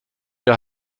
your